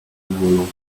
bólu